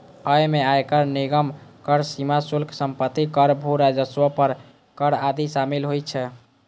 अय मे आयकर, निगम कर, सीमा शुल्क, संपत्ति कर, भू राजस्व पर कर आदि शामिल होइ छै